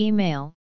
Email